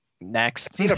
Next